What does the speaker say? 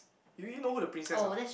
you already know who the princess what